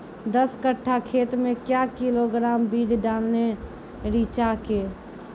दस कट्ठा खेत मे क्या किलोग्राम बीज डालने रिचा के?